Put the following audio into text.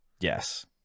Yes